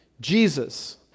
Jesus